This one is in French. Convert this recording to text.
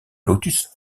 lotus